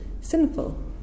sinful